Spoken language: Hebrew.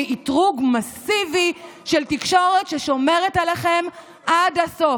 מאתרוג מסיבי של תקשורת ששומרת עליכם עד הסוף.